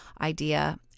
idea